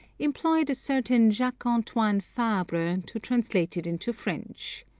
employed a certain jacques antoine fabre to translate it into french.